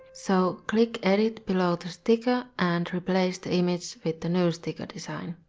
so, click edit below the sticker and replace the image with the new sticker design.